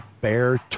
Bear